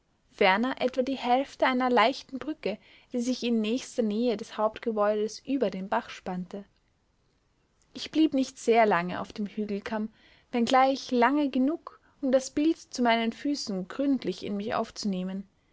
ferner etwa die hälfte einer leichten brücke die sich in nächster nähe des hauptgebäudes über den bach spannte ich blieb nicht sehr lange auf dem hügelkamm wenngleich lange genug um das bild zu meinen füßen gründlich in mich aufzunehmen